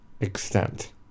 extent